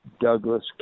Douglas